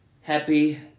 happy